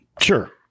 Sure